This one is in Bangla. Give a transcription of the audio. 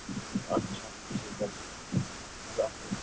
আচ্ছা ঠিক আছে রাখুন